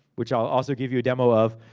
which i'll also give you a demo of.